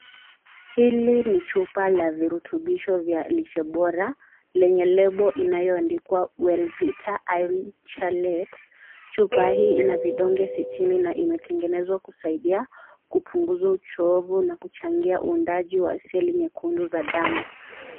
Hili ni chupa la virutubisho vya lishe bora lenye lebo inayoandikwa Wellvita Iron Chelate . Chupa hii ina vidonge sitini na imetengenezwa kusaidia kupunguza uchovu na kuchangia uundaji wa seli nyekundu za damu.